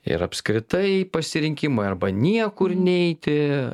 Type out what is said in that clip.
ir apskritai pasirinkimai arba niekur neiti